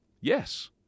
Yes